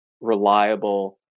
reliable